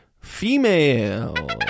female